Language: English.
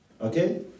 Okay